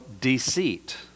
deceit